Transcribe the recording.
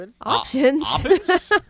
options